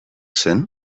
zen